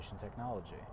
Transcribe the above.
technology